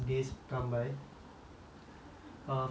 err physically physically I don't know sia